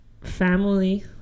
family